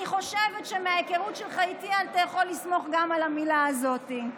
אני חושבת שמההיכרות שלך איתי אתה יכול לסמוך גם על המילה הזאת.